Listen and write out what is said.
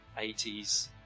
80s